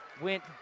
Went